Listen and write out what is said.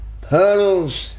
pearls